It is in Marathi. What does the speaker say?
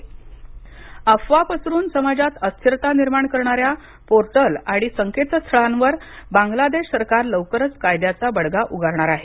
बांगलादेश अफवा पसरवून समाजात अस्थिरता निर्माण करणाऱ्या पोर्टल आणि संकेतस्थळांवर बांगलादेश सरकार लवकरच कायद्याचा बडगा उगारणार आहे